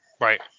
Right